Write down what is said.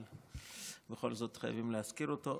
אבל בכל זאת חייבים להזכיר אותו,